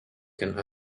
can